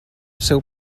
seu